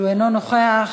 שאינו נוכח,